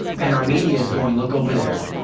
and our media is going look over there,